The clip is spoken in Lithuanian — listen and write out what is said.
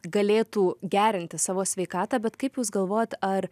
galėtų gerinti savo sveikatą bet kaip jūs galvojat ar